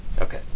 Okay